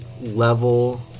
level